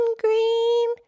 green